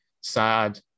sad